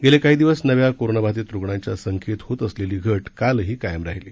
गेले काही दिवस नव्या करोनाबाधित रुग्णांच्या संख्येत होत असलेली घट कालही कायम राहिली